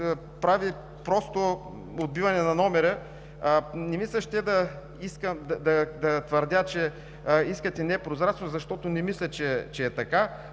прави просто отбиване на номера. Не ми се ще да твърдя, че искате непрозрачност, защото не мисля, че е така,